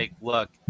look